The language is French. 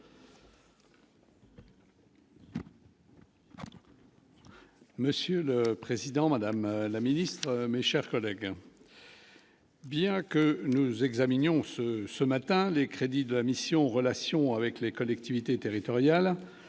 Monsieur le Président, Madame la Ministre, mes chers collègues. Bien que nous examinions ce ce matin, les crédits de la mission, relations avec les collectivités territoriales et